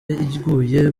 iguye